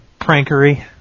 prankery